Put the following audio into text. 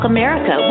America